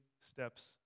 steps